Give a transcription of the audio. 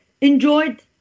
enjoyed